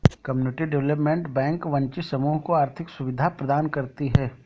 community development bank वंचित समूह को आर्थिक सुविधा प्रदान करती है